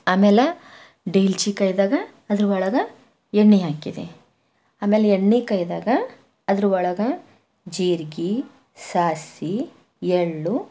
ಆಮೇಲೆ ದೇಲ್ಚಿ ಕೈದಾಗ ಅದ್ರೊಳಗ ಎಣ್ಣೆ ಹಾಕಿದೆ ಆಮೇಲೆ ಎಣ್ಣೆ ಕೈಯ್ದಾಗ ಅದ್ರೊಳಗೆ ಜೀರಿಗೆ ಸಾಸಿವೆ ಎಳ್ಳು